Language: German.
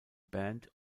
band